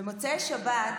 במוצאי שבת,